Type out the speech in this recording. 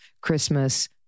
Christmas